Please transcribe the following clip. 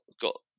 got